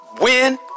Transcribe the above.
win